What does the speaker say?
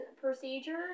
procedure